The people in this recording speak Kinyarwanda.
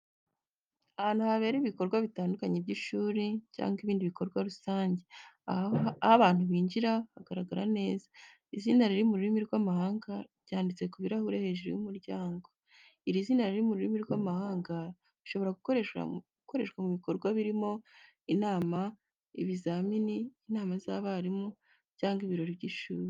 Ahantu habera ibikorwa bitandukanye by’ishuri cyangwa ibindi bikorwa rusange. Aho abantu binjira, hagaragara neza izina riri mu rurimi rw'amahanga ryanditse ku ibirahuri hejuru y’umuryango. Iri zina riri mu rurimi rw'amahanga rishobora gukoreshwa mu bikorwa birimo: inama, ibizamini, inama z’abarimu, cyangwa ibirori by’ishuri.